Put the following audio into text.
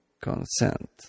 consent